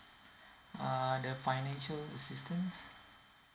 uh the financial assistance